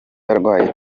arwaye